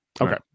Okay